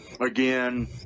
again